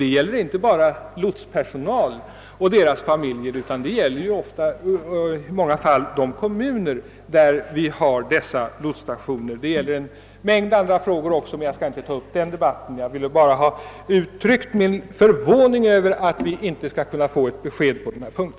Det gäller här inte bara lotspersonalen och lotsarnas familjer utan i många fall också de kommuner där lotsstationerna finns. Även en mängd andra frågor kommer här in i bilden, men jag skall inte ta upp den debatten nu. Jag vill bara ha uttryckt min förvåning över att vi inte skall kunna få ett besked på denna punkt.